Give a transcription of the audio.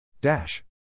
Dash